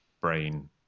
brain